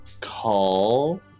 call